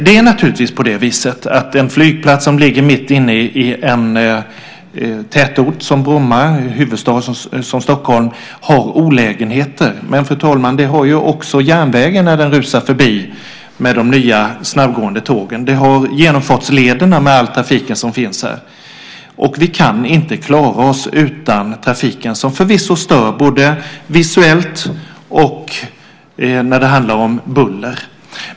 Det har inte gjorts. En flygplats som ligger mitt i en tätort som Bromma i en huvudstad som Stockholm innebär naturligtvis olägenheter. Men det gör också järnvägen med de nya snabbgående tågen som rusar förbi. Det gör också genomfartslederna med all trafik. Men vi kan inte klara oss utan trafiken som förvisso stör både visuellt och i fråga om buller.